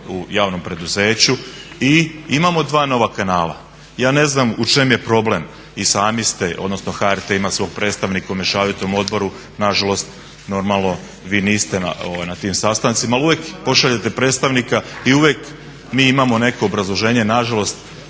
u javnom preduzeću i imamo dva nova kanala. Ja ne znam u čem je problem i sami ste, odnosno HRT ima svog predstavnika u mešovitom odboru. Na žalost, normalno vi niste na tim sastancima, ali uvek pošaljete predstavnika i uvek mi imamo neko obrazloženje. Na žalost